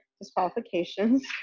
disqualifications